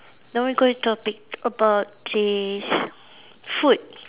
now we going to topic about this food